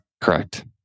Correct